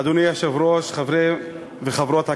אדוני היושב-ראש, חברים וחברות הכנסת,